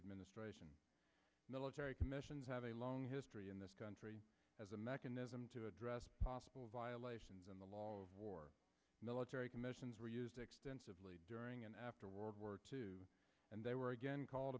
administration military commissions have a long history in this country as a mechanism to address possible violations in the law of war military commissions were used extensively during and after world war two and they were again called